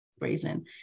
reason